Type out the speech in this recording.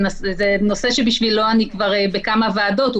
זה נושא שאני כבר בכמה ועדות בשבילו,